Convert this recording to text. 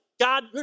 God